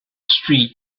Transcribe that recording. street